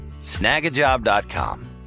snagajob.com